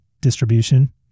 distribution